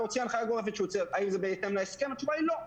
הוא הוציא הנחייה גורפת האם זה בהתאם להסכם התשובה היא לא.